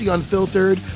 Unfiltered